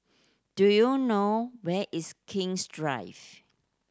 do you know where is King's Drive